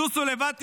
טוסו לבד,